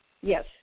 Yes